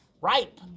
Ripe